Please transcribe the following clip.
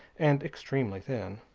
and extremely thin.